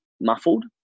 muffled